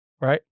right